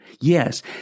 yes